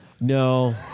No